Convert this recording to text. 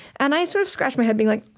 and i sort of scratched my head, being like,